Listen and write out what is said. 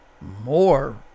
more